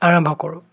আৰম্ভ কৰোঁ